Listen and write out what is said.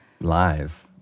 Live